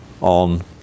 on